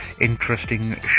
Interesting